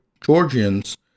Georgians